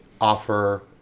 offer